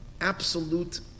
absolute